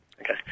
Okay